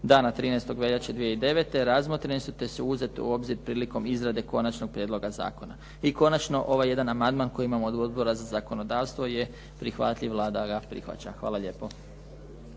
dana 13. veljače 2009. razmotreni su te su uzeti u obzir prilikom izrade konačnog prijedloga zakona. I konačno, ovaj jedan amandman koji imamo od Odbora za zakonodavstvo je prihvatljiv, Vlada ga prihvaća. Hvala lijepo.